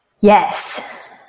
Yes